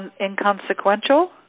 inconsequential